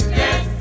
yes